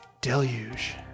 Deluge